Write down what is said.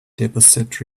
deposit